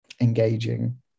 engaging